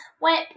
went